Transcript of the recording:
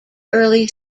early